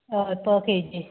हय पर के जी